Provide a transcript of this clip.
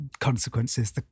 consequences